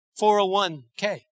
401k